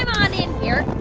on in here.